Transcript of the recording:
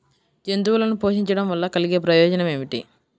జంతువులను పోషించడం వల్ల కలిగే ప్రయోజనం ఏమిటీ?